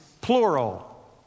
plural